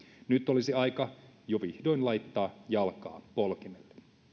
nyt olisi jo aika vihdoin laittaa jalkaa polkimelle